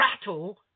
rattle